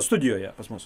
studijoje pas mus